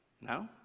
No